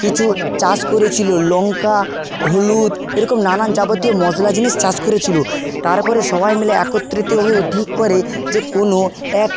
কিছু চাষ করেছিল লঙ্কা হলুদ এরকম নানান যাবতীয় মশলা জিনিস চাষ করেছিল তারপরে সবাই মিলে একত্রিত হয়ে ঠিক করে যে কোনো এক